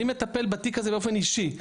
אני מטפל בתיק הזה באופן אישי.